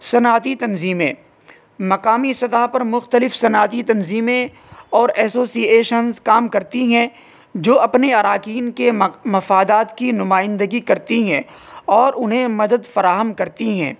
صنعتی تنظیمیں مقامی سطح پر مختلف صنعتی تنظیمیں اور ایسوسیایشنز کام کرتی ہیں جو اپنے اراکین کے مفادات کی نمائندگی کرتی ہیں اور انہیں مدد فراہم کرتی ہیں